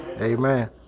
Amen